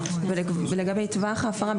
ולגבי טווח ההפרה,